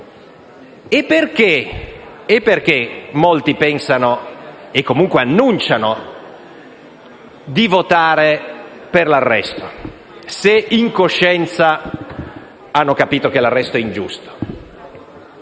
E perché molti pensano e comunque annunciano di votare per l'arresto, se in coscienza hanno capito che l'arresto è ingiusto,